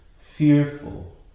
fearful